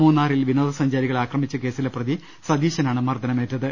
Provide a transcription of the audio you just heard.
മൂന്നാറിൽ വിനോദസഞ്ചാരികളെ ആക്രമിച്ച കേസിലെ പ്രതി സതീശനാണ് മർദ്ദനമേറ്റത്